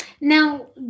Now